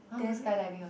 then